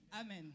Amen